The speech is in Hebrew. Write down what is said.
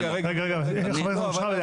רגע, חבר הכנסת אבו שחאדה,